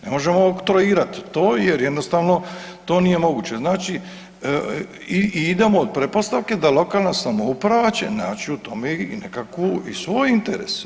Ne možemo oktroirat to jer jednostavno to nije moguće, znači idemo od pretpostavke da lokalna samouprava će naći u tome i nekakvu i svoj interes.